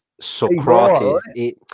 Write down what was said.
Socrates